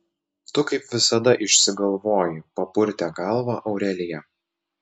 tu kaip visada išsigalvoji papurtė galvą aurelija